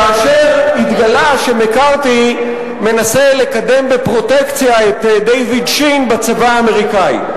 כאשר התגלה שמקארתי מנסה לקדם בפרוטקציה את דייוויד שין בצבא האמריקני.